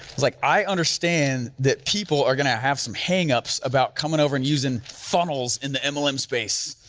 cause like i understand that people are gonna have some hang ups about coming over and using funnels in the mlm space,